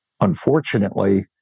unfortunately